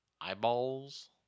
eyeballs